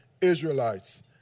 Israelites